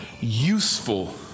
useful